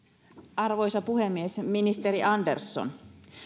arvoisa puhemies ministeri andersson